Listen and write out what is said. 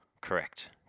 Correct